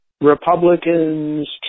Republicans